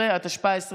18), התשפ"א 2021,